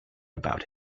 about